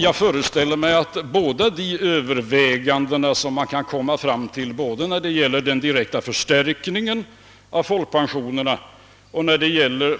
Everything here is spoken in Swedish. Jag föreställer mig att de över väganden, som man kan komma fram till både när det gäller den direkta förstärkningen av folkpensionerna och när det gäller